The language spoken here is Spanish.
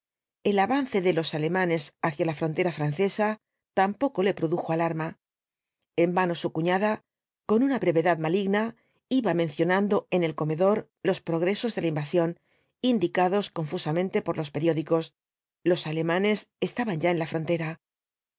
el avance de los alemanes hacia la frontera francesa tampoco le produjo alarma en vano su cuñada con una brevedad maligna iba mencionando en el comedor los progresos de la invasión indicados confusamente por los periódicos los alemanes estaban ya en la frontera